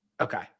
Okay